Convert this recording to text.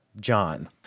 John